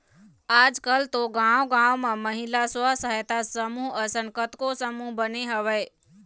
आजकल तो गाँव गाँव म महिला स्व सहायता समूह असन कतको समूह बने हवय